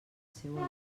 seu